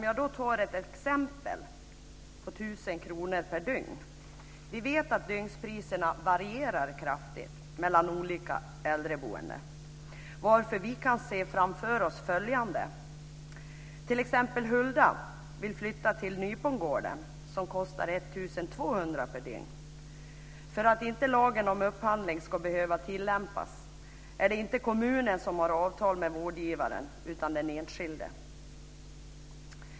Jag tar ett exempel: 1 000 kr per dygn. Vi vet att dygnspriserna varierar kraftigt mellan olika äldreboenden, varför vi kan se framför oss följande: Hulda vill flytta till Nypongården, som kostar 1 200 per dygn. För att inte lagen om upphandling ska behöva tillämpas är det inte kommunen som har avtal med vårdgivaren utan den enskilde.